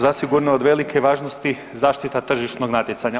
Zasigurno je od velike važnosti zaštita tržišnog natjecanja.